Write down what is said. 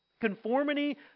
Conformity